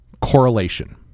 correlation